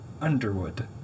Underwood